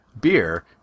beer